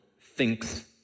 thinks